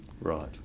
Right